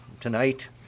tonight